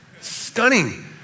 Stunning